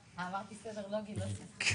16:04.)